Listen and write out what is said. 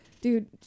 dude